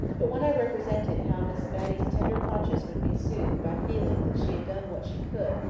but when i represented how miss matty's tender conscience would be soothed by feeling that she had done what she could,